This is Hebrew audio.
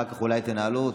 אחר כך אולי תנהלו,